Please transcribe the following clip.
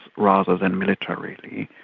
rather than militarily.